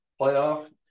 playoff